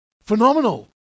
Phenomenal